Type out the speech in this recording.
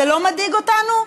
זה לא מדאיג אותנו?